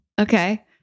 Okay